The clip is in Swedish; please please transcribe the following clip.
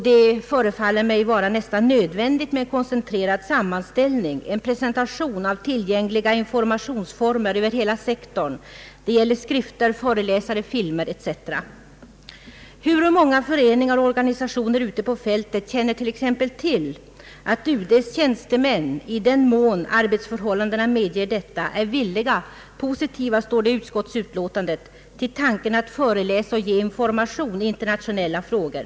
Det förefaller mig vara nästan nödvändigt med en koncentrerad sammanställning och en presentation av tillgängliga informationsformer över hela sektorn, alltså skrifter, föreläsare, filmer etc. Hur många föreningar och organisationer ute på fältet känner t.ex. till att UD:s tjänstemän i den mån arbetsförhållandena så medger är positiva — som det står i utskottsutlåtandet — till tanken att föreläsa och ge information i internationella frågor?